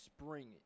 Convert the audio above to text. spring